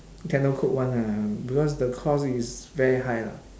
cannot cope [one] lah because the cost is very high ah